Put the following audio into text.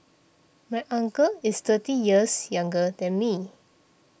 my uncle is thirty years younger than me